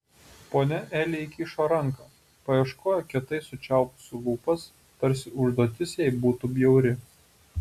ponia eli įkišo ranką paieškojo kietai sučiaupusi lūpas tarsi užduotis jai būtų bjauri